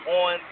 on